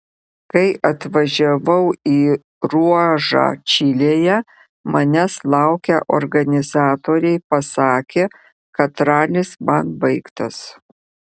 kai atvažiavau į ruožą čilėje manęs laukę organizatoriai pasakė kad ralis man baigtas